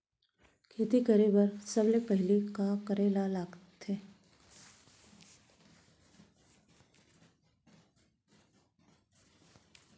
खेती करे बर सबले पहिली का करे ला लगथे?